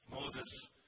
Moses